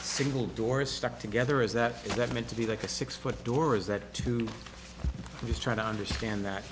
single doors stuck together is that is that meant to be like a six foot door is that to just try to understand that